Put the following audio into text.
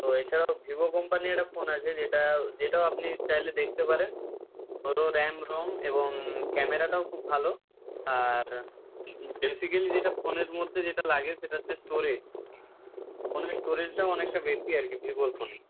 তো এছাড়াও ভিভো কোম্পানির একটা ফোন আছে যেটা যেটাও আপনি চাইলে দেখতে পারেন ওরও র্যাম রম এবং ক্যামেরাটাও খুব ভালো আর বেসিক্যালি যেটা ফোনের মধ্যে যেটা লাগে সেটা হচ্ছে স্টোরেজ ফোনের স্টোরেজটাও অনেকটা বেশি আর কি ভিভোর ফোনে